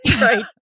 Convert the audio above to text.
right